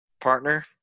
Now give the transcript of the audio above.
partner